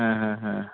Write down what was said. ହଁ ହଁ ହଁ